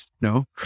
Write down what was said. No